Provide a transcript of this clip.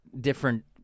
different